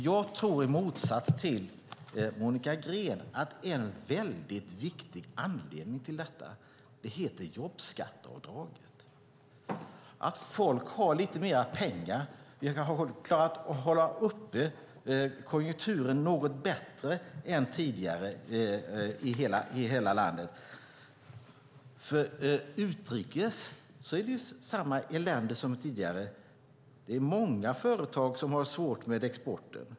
Jag tror i motsats till Monica Green att en mycket viktig anledning till det är jobbskatteavdraget. Folk har lite mer pengar. Vi har kunnat hålla uppe konjunkturen något bättre än tidigare. Utrikes är det samma elände som förut. Många företag har svårt med exporten.